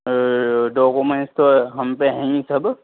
تو ڈوکومنٹس تو ہم پہ ہیں ہی سب